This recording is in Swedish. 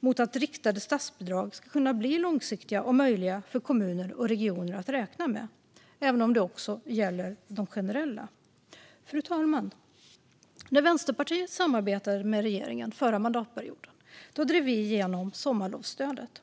mot att riktade statsbidrag ska kunna bli långsiktiga och möjliga för kommuner och regioner att räkna med, även om det också gäller de generella statsbidragen. Fru talman! När Vänsterpartiet samarbetade med regeringen förra mandatperioden drev vi igenom sommarlovsstödet.